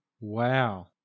Wow